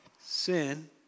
Sin